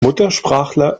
muttersprachler